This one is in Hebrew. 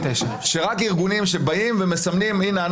רק ארגונים שמסמנים: הנה,